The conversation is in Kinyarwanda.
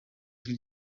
ijwi